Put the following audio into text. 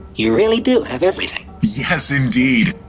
you really do have everything! yes indeed!